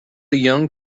young